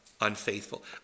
unfaithful